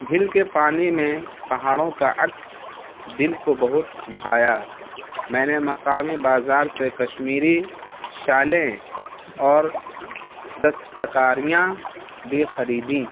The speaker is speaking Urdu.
جل کے پانی میں پہاڑوں کا عکس دل کو بہت بھایا میں نے مقامی بازار سے کشمیری شالیں اور دستکاریاں بھی خریدیں